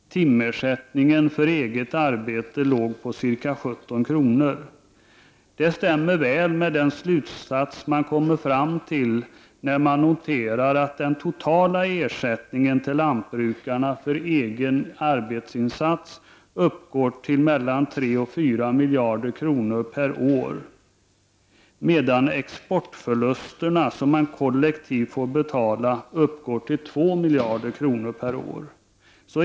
Timersättningen för eget arbete låg på ca 17 kr. Det stämmer väl med den slutsats som man kommit fram till när man noterat att den totala ersättningen till lantbrukarna för egen arbetsinsats uppgår till mellan 3 miljarder kronor och 4 miljarder kronor per år, samtidigt som de exportförluster som man kollektivt får betala uppgår till 2 miljarder kronor per år.